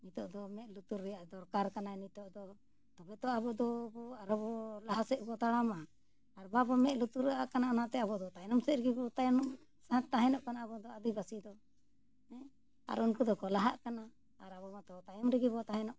ᱱᱤᱛᱳᱜ ᱫᱚ ᱢᱮᱸᱫ ᱞᱩᱛᱩᱨ ᱨᱮᱭᱟᱜ ᱫᱚᱨᱠᱟᱨ ᱠᱟᱱᱟ ᱱᱤᱛᱳᱜ ᱫᱚ ᱛᱚᱵᱮ ᱛᱚ ᱟᱵᱚᱫᱚ ᱟᱨᱚᱵᱚᱱ ᱞᱟᱦᱟ ᱥᱮᱫ ᱵᱚᱱ ᱛᱟᱲᱟᱢᱟ ᱟᱨ ᱵᱟᱵᱚ ᱢᱮᱸᱫ ᱞᱩᱛᱩᱨᱟᱜ ᱠᱟᱱᱟ ᱚᱱᱟᱛᱮ ᱟᱵᱚᱫᱚ ᱛᱟᱭᱱᱚᱢ ᱥᱮᱫ ᱨᱮᱜᱮ ᱵᱚ ᱛᱟᱭᱱᱚᱢ ᱥᱟᱱᱛᱟᱦᱮᱱᱚᱜ ᱠᱟᱱᱟ ᱟᱵᱚᱫᱚ ᱟᱹᱫᱤᱵᱟᱹᱥᱤ ᱫᱚ ᱦᱮᱸ ᱟᱨ ᱩᱱᱠᱩ ᱫᱚᱠᱚ ᱞᱟᱦᱟᱜ ᱠᱟᱱᱟ ᱟᱨ ᱟᱵᱚ ᱢᱟᱛᱚ ᱛᱟᱭᱚᱢ ᱨᱮᱜᱮ ᱵᱚᱱ ᱛᱟᱦᱮᱱᱚᱜ ᱠᱟᱱᱟ